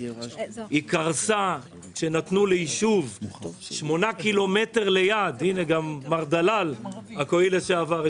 היא קרסה כשנתנו ליישוב שנמצא 8 קילומטר לידו גם מר דלל עכואי לשעבר.